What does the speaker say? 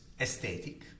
aesthetic